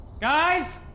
Guys